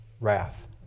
wrath